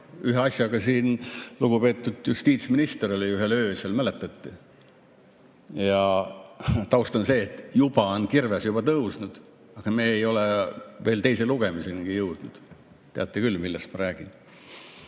Ühe asjaga lugupeetud justiitsminister oli siin ühel öösel, mäletate? Ja taust on see, et juba on kirves tõusnud, aga me ei ole veel teise lugemisenigi jõudnud. Teate küll, millest ma räägin.